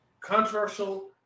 controversial